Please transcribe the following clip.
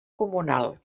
comunal